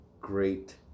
Great